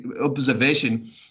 observation